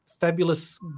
fabulous